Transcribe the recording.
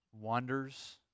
wanders